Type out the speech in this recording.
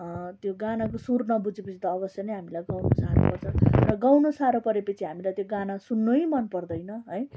त्यो गानाको सुर नबुझेपछि त अवश्य नै हामीलाई गाउनु साह्रो पर्छ र गाउन साह्रो परेपछि हामीलाई त्यो गाना सुन्नै मन पर्दैन है